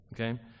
okay